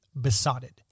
besotted